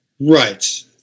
Right